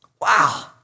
Wow